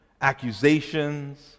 accusations